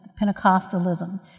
Pentecostalism